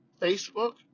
Facebook